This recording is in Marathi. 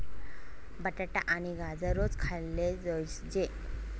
बटाटा आणि गाजर रोज खाल्ले जोयजे